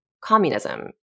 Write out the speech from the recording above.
communism